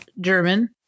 German